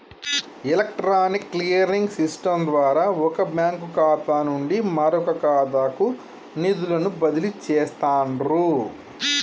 electronic clearing system ద్వారా వొక bank ఖాతా నుండి మరొకఖాతాకు నిధులను బదిలీ చేస్తండ్రు